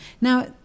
Now